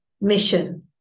mission